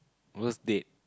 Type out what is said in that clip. worst date